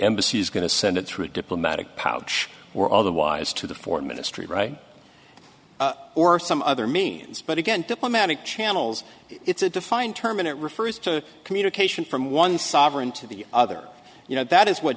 embassy is going to send it through diplomatic pouch or otherwise to the foreign ministry right or some other means but again diplomatic channels it's a defined term and it refers to communication from one sovereign to the other you know that is what